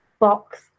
box